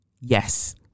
Yes